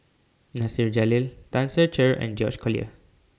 Nasir Jalil Tan Ser Cher and George Collyer